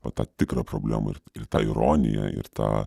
vat tą tikrą problemą ir ir tą ironiją ir tą